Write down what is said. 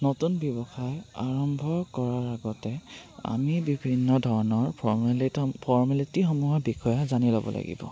নতুন ব্যৱসায় আৰম্ভ কৰাৰ আগতে আমি বিভিন্ন ধৰণৰ ফৰ্মেলি ফৰ্মেলিটিসমূহৰ বিষয়ে জানি ল'ব লাগিব